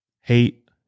Hate